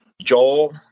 Joel